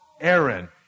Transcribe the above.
Aaron